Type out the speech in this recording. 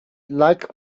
like